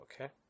okay